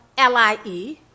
L-I-E